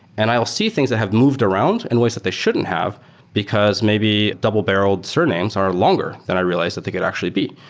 and i'll see things that have moved around in ways that they shouldn't have because maybe double-barreled surnames are longer than i realized i think it actually be.